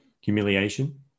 Humiliation